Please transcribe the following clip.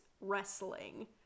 wrestling